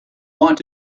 want